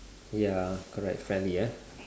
ya correct finally ya